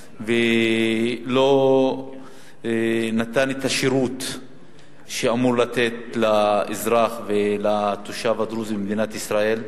ולא נתן את השירות שאמור היה לתת לאזרח ולתושב הדרוזי במדינת ישראל.